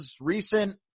recent